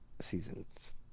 seasons